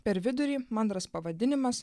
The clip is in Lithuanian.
per vidurį bendras pavadinimas